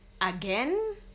again